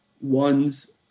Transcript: one's